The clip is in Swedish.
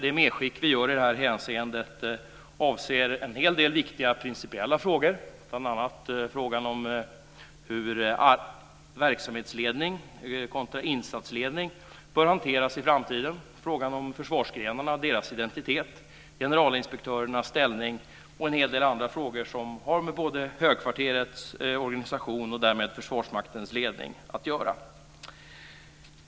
Det medskick vi gör i detta hänseende avser en hel del viktiga principiella frågor. Bl.a. gäller det hur frågan om verksamhetsledning kontra insatsledning i framtiden bör hanteras. Vidare gäller det försvarsgrenarna och deras identitet, generalinspektörernas ställning och en hel del andra frågor som har med högkvarterets organisation och därmed med Försvarsmaktens ledning att göra.